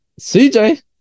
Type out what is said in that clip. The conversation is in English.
CJ